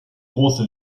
große